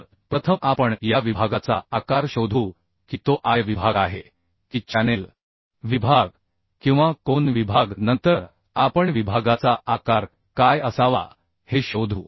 तर प्रथम आपण या विभागाचा आकार शोधू की तो I विभाग आहे की चॅनेल विभाग किंवा कोन विभाग नंतर आपण विभागाचा आकार काय असावा हे शोधू